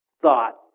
thought